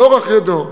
דור אחרי דור.